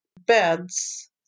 beds